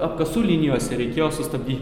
apkasų linijose reikėjo sustabdyti